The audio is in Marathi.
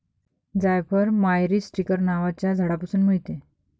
जायफळ मायरीस्टीकर नावाच्या झाडापासून मिळते